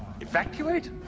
Evacuate